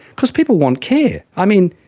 because people want care. i mean,